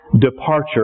departure